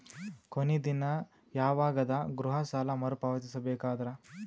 ಕೊನಿ ದಿನ ಯವಾಗ ಅದ ಗೃಹ ಸಾಲ ಮರು ಪಾವತಿಸಬೇಕಾದರ?